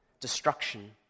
Destruction